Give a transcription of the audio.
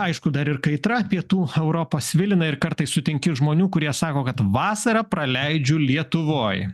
aišku dar ir kaitra pietų europą svilina ir kartais sutinki žmonių kurie sako kad vasarą praleidžiu lietuvoj